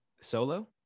solo